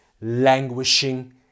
languishing